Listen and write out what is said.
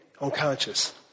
unconscious